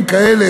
דברים כאלה,